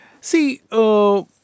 See